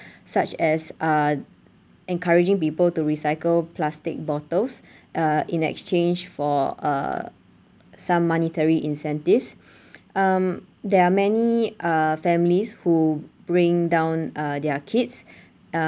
such as uh encouraging people to recycle plastic bottles uh in exchange for uh some monetary incentives um there are many uh families who bring down uh their kids